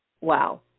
wow